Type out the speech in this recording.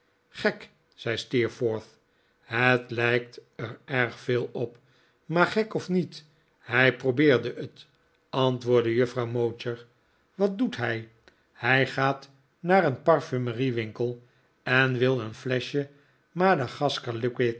gek zei steerforth het lijkt er erg veel op maar gek of niet hij probeerde het antwoordde juffrouw mowcher wat doet hij hij gaat naar een parfumerie winkel en wil een fleschje